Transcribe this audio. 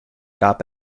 gab